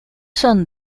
son